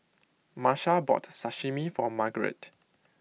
Marsha bought Sashimi for Margarete